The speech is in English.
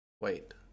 Wait